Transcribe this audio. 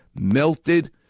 melted